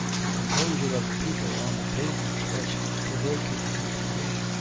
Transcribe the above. the composure of the people on the pavements was provoking to a degree,